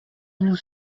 nous